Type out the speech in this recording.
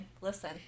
listen